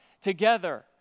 together